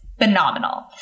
phenomenal